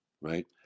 right